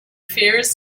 fears